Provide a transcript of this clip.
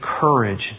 courage